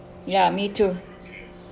ya me too